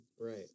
Right